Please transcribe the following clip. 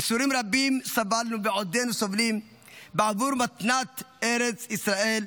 ייסורים רבים סבלנו ועודנו סובלים בעבור מתנת ארץ ישראל,